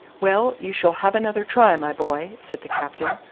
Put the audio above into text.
well, you shall have another try, my boy, said the captain.